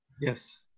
Yes